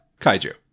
Kaiju